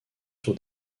sur